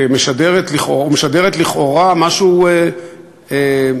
או משדרת לכאורה משהו יפה,